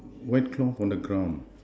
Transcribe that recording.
wet cloth on the ground